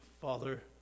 Father